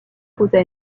posa